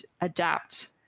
adapt